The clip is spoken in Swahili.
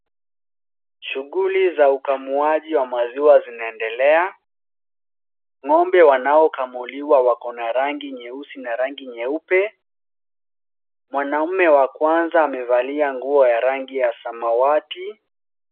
Shughuli za ukamuaji wa maziwa zinaendelea, ng'ombe wanaokamuliwa wako na rangi nyeusi na rangi nyeupe mwanaumme wa kwanza amevalia nguo ya rangi ya Samawati.